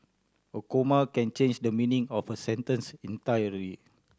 a comma can change the meaning of a sentence entirely